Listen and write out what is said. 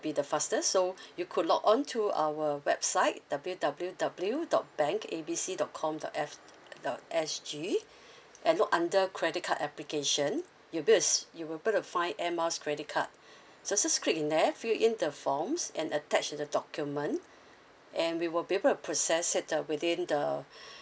would be the fastest so you could log on to our website w w w dot bank A B C dot com dot f dot s g and look under credit card application you bes~ you will be to find air miles credit card so just click in there fill in the forms and attach the document and we will be able to process it the within the